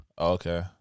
Okay